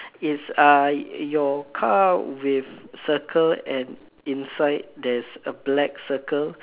is uh your car with circle and inside there's a black circle